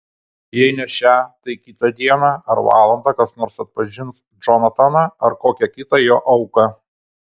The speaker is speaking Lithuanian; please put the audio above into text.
jei ne šią tai kitą dieną ar valandą kas nors atpažins džonataną ar kokią kitą jo auką